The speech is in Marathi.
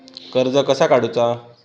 कर्ज कसा काडूचा?